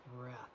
breath